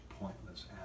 pointless